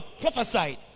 prophesied